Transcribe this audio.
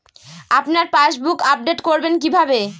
আপনার passbook update করবেন কিভাবে?